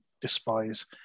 despise